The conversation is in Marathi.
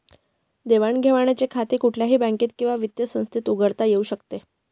देण्याघेण्याचे खाते कुठल्याही बँकेत किंवा वित्त संस्थेत उघडता येऊ शकते